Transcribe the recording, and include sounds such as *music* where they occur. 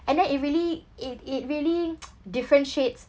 and then it really it it really *noise* differentiates